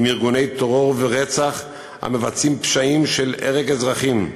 ארגוני טרור ורצח המבצעים פשעים של הרג אזרחים.